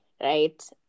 right